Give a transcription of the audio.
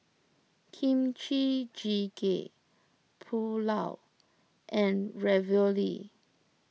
Kimchi Jjigae Pulao and Ravioli